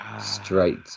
straight